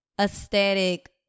aesthetic